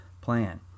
plan